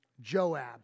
Joab